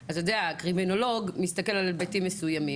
הקרימינולוג מסתכל על היבטים מסוימים.